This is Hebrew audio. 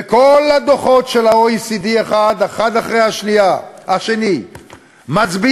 וכל הדוחות של ה-OECD, האחד אחרי השני, מצביעים: